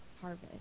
harvest